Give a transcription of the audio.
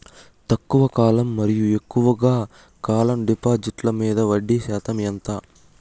తక్కువ కాలం మరియు ఎక్కువగా కాలం డిపాజిట్లు మీద వడ్డీ శాతం ఎంత?